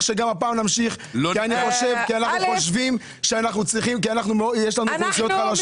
שגם הפעם נמשיך כי יש לנו אוכלוסיות חלשות.